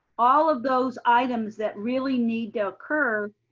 all of those items that really need to occur